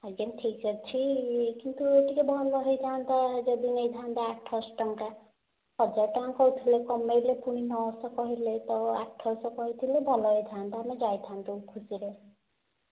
ଆଜ୍ଞା ଠିକ ଅଛି କିନ୍ତୁ ଟିକେ ଭଲ ହୋଇ ଥାଆନ୍ତା ଯଦି ନେଇଥାନ୍ତେ ଆଠଶହ ଟଙ୍କା ହଜାର ଟଙ୍କା କହୁଥିଲେ କମାଇଲେ ପୁଣି ନଅଶହ କହିଲେ ତ ଆଠଶହ କହିଥିଲେ ଭଲ ହୋଇଥାନ୍ତା ଆମେ ଯାଇଥାନ୍ତୁ ଖୁସିରେ